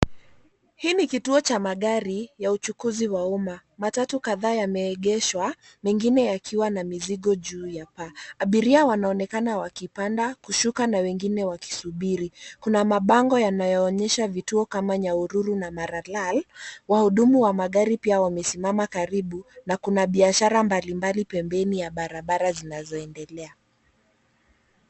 Hii ni kituo cha magari ya uchukuzi wa umma, matatu kadhaa yameegeshwa mengine yakiwa na mizigo juu ya paa. Abiria wanaonekana wakipanda ,kushuka na wengine wakisubiri. Kuna mabango yanayoonyesha vituo kama Nyahururu na Maralal, wahudumu wa magari pia wamesimama karibu na kuna biashara mbalimbali pembeni ya barabara zinazoendelea.